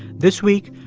this week,